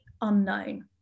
unknown